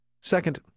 Second